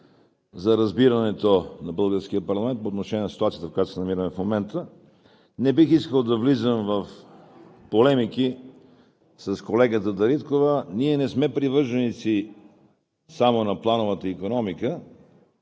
за разбирането на българския парламент по отношение на ситуацията, в която се намираме в момента. Не бих искал да влизам в полемики с колегата Дариткова – ние не сме привърженици само на плановата икономика,